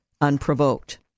unprovoked